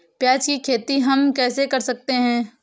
प्याज की खेती हम कैसे कर सकते हैं?